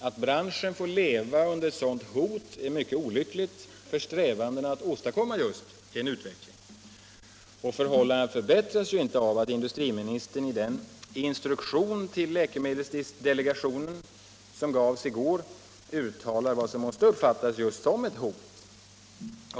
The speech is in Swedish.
Att branschen får leva under ett sådant hot är mycket olyckligt för strävandena att åstadkomma just en utveckling. Förhållandet förbättras inte av att industriministern i den instruktion till läkemedelsdelegationen som gavs i går uttalar vad som måste uppfattas som just ett hot.